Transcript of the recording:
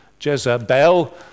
Jezebel